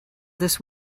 this